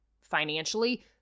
financially